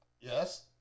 Yes